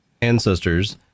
ancestors